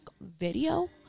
video